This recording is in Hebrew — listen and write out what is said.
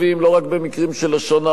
לא רק במקרים של לשון הרע,